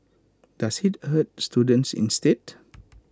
does IT hurt students instead